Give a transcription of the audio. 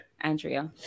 Andrea